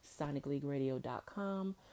sonicleagueradio.com